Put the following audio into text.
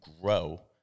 grow